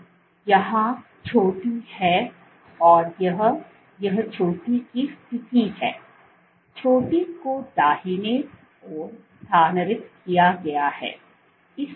तो यहां चोटी है और यह यह चोटी की स्थिति है चोटी को दाहिने ऒर स्थानांतरित किया गया है